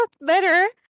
better